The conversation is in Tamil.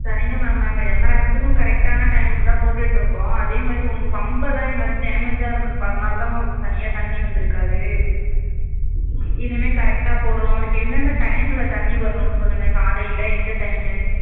சரிங்க மேம் நாங்கள் எல்லா இடத்துக்கும் கரெக்டான டைமுக்கு தான் போட்டுட்டுருக்கோம் அதேமாதிரி உங்கள் பம்ப்பெல்லாம் எங்காச்சும் டேமேஜாக இருந்திருக்கும் அதனால் தான் உங்களுக்கு சரியாக தண்ணி வந்திருக்காது இனிமேல் கரெக்டாக போடுறோம் உங்களுக்கு எந்தெந்த டைமில் தண்ணி வரணும்னு சொல்லுங்கள் காலையில் எந்த டைமு